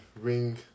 ring